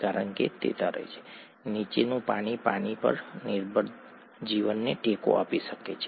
કારણ કે તે તરે છે નીચેનું પાણી પાણી પર નિર્ભર જીવનને ટેકો આપી શકે છે